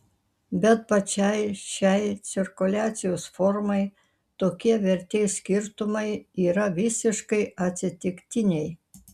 bet pačiai šiai cirkuliacijos formai tokie vertės skirtumai yra visiškai atsitiktiniai